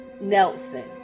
Nelson